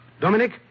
Dominic